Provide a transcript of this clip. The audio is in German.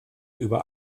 über